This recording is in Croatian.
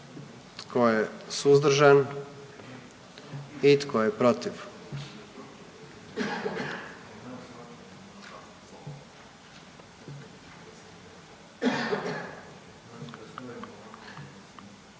Tko je suzdržan? Tko je protiv?